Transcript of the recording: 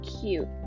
cute